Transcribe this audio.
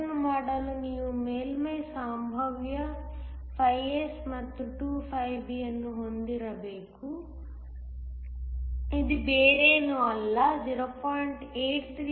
ಅದನ್ನು ಮಾಡಲು ನಾವು ಮೇಲ್ಮೈ ಸಂಭಾವ್ಯ φS ಮತ್ತು 2 φB ಅನ್ನು ಹೊಂದಿರಬೇಕು ಇದು ಬೇರೇನೂ ಅಲ್ಲ 0